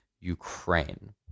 Ukraine